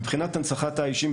מבחינת הנצחת האישים,